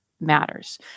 matters